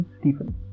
Stephen